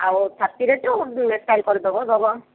ଆଉ ଛାତିରେ କରିଦେବ ଦେବ